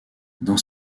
dans